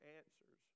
answers